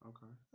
Okay